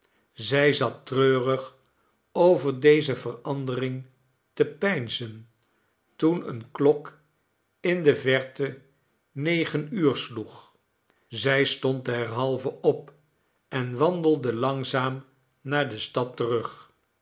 zij zat treurig over deze verandering te peinzen toen eene klok in de verte negen uur sloeg zij stond derhalve op en wandelde langzaam naar de stad terug